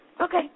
Okay